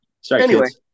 sorry